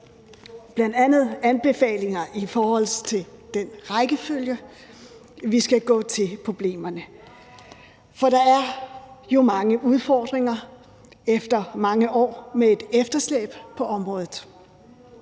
bl.a. anbefalinger i forhold til den rækkefølge, vi skal gå til problemerne i. For der er jo mange udfordringer efter mange år med et efterslæb på området,